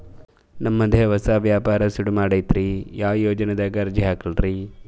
ನಮ್ ದೆ ಹೊಸಾ ವ್ಯಾಪಾರ ಸುರು ಮಾಡದೈತ್ರಿ, ಯಾ ಯೊಜನಾದಾಗ ಅರ್ಜಿ ಹಾಕ್ಲಿ ರಿ?